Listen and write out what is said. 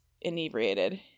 inebriated